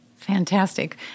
Fantastic